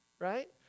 right